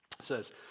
says